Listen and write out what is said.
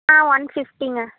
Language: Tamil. ஆ ஒன் ஃபிஃட்டிங்க